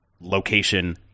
location